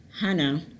Hannah